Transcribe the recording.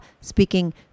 speaking